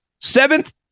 Seventh